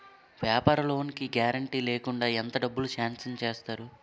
వ్యాపార లోన్ కి గారంటే లేకుండా ఎంత డబ్బులు సాంక్షన్ చేస్తారు?